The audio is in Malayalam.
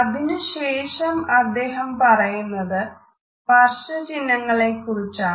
അതിനുശേഷം അദ്ദേഹം പറയുന്നത് സ്പർശ ചിഹ്നങ്ങളെക്കുറിച്ചാണ്